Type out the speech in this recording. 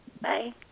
Bye